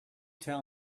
tell